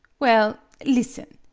well, listen!